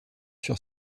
sur